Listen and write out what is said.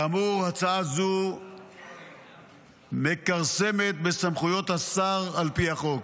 כאמור, הצעה זו מכרסמת בסמכויות השר על פי החוק.